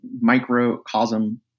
microcosm